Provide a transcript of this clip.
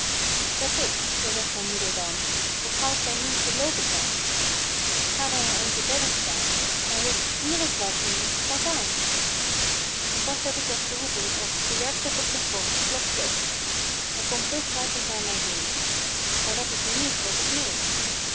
op zoo zegt mijn moeder dan hoe gauw klein mientje loopen kan k ga dan een eindje verder staan en roep hier is wat mien pak aan en pas heb k dat geroepen of ze werpt zich op den grond plof plof en komt zoo kruipend naar mij heen maar dat is nu niet wat ik meen